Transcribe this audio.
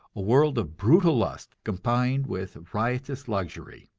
a world of brutal lust combined with riotous luxury.